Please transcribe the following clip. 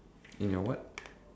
in your what